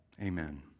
Amen